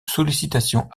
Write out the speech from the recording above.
sollicitations